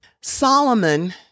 Solomon